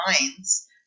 minds